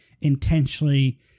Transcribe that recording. intentionally